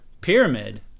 Pyramid